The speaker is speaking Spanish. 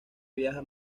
viaja